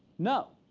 no.